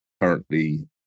currently